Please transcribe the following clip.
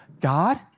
God